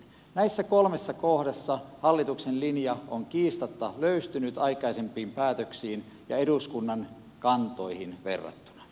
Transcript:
näissä kolmessa kohdassa hallituksen linja on kiistatta löystynyt aikaisempiin päätöksiin ja eduskunnan kantoihin verrattuna